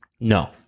No